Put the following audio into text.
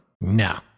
No